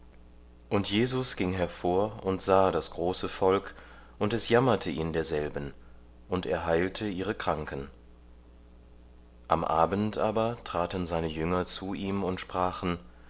und jesus ging hervor und sah das große volk und es jammerte ihn derselben und er heilte ihre kranken am abend aber traten seine jünger zu ihm und sprachen